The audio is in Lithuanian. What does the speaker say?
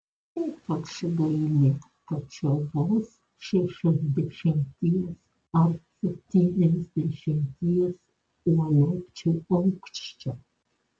ypač daili tačiau vos šešiasdešimties ar septyniasdešimties uolekčių aukščio